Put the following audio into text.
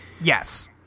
Yes